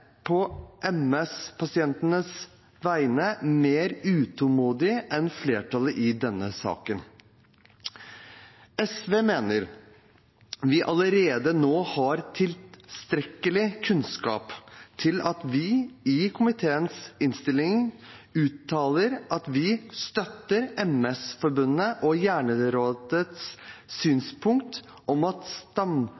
på MS-pasientenes vegne mer utålmodig enn flertallet i denne saken. SV mener vi allerede nå har tilstrekkelig kunnskap til at vi i komiteens innstilling uttaler at vi «støtter MS-forbundet og